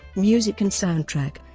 music and soundtrack